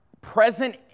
present